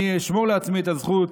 אני אשמור לעצמי את הזכות